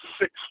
six